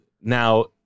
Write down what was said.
Now